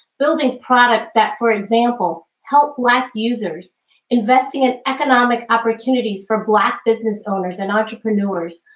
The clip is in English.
building products that, for example, help black users investing in economic opportunities for black business owners and entrepreneurs,